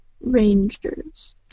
Rangers